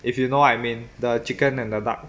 if you know what I mean the chicken and the duck